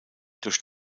durch